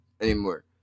anymore